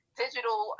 digital